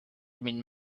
been